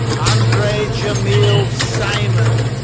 andre jamil simon.